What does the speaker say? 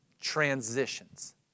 transitions